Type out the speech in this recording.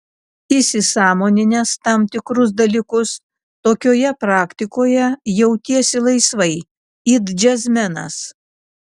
įsisąmoninęs tam tikrus dalykus tokioje praktikoje jautiesi laisvai it džiazmenas